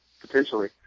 potentially